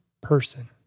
person